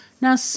Now